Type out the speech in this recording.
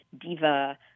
diva